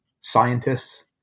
scientists